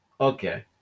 Okay